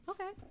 Okay